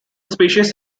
species